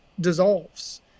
dissolves